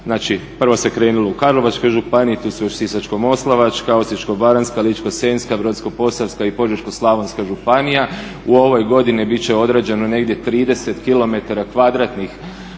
Prvo se krenulo u Karlovačkoj županiji tu su još Sisačko-moslavačka, Osječko-baranjska, Ličko-senjska, Brodsko-posavska i Požeško-slavonska županija. U ovoj godini biti će odrađeno negdje 30km